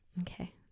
okay